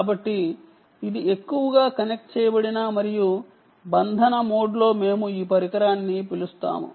కాబట్టి ఇది ఎక్కువగా కనెక్ట్ చేయబడిన మరియు బంధన మోడ్లో ఉంటుంది